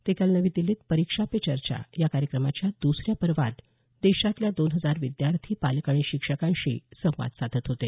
ते काल नवी दिल्लीत परीक्षा पे चर्चा या कार्यक्रमाच्या दुसऱ्या पर्वात देशातल्या दोन हजार विद्यार्थी पालक आणि शिक्षकांशी संवाद साधत होते